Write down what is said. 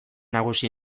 nagusi